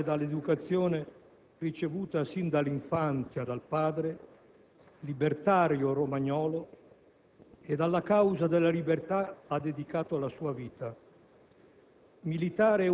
a cominciare dall'educazione ricevuta sin dall'infanzia dal padre, libertario romagnolo, ed alla causa della libertà ha dedicato la sua vita.